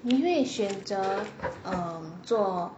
你以为选择 um 做